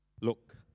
Look